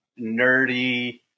nerdy